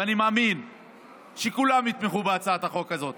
ואני מאמין שכולם יתמכו בהצעת החוק הזו.